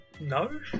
no